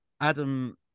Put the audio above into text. Adam